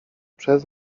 przez